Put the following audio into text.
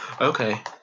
Okay